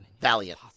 valiant